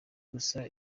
gusa